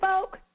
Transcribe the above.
folk